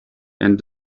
and